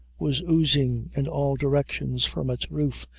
was oozing in all directions from its roof,